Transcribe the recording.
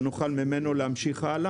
שממנו נוכל להמשיך הלאה?